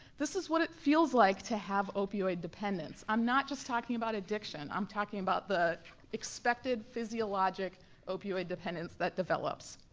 this is what it feels like to have opioid dependence, i'm not just talking about addiction, i'm talking about the expected physiologic opioid dependence that develops.